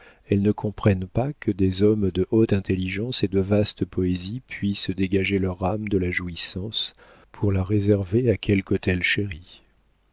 elles ne comprennent pas que des hommes de haute intelligence et de vaste poésie puissent dégager leur âme de la jouissance pour la réserver à quelque autel chéri